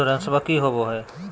इंसोरेंसबा की होंबई हय?